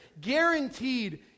guaranteed